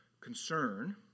concern